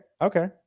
okay